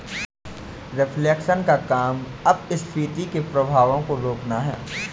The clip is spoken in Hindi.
रिफ्लेशन का काम अपस्फीति के प्रभावों को रोकना है